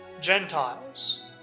Gentiles